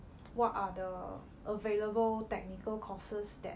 what are the available technical courses that